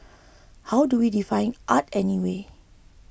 how do we define art anyway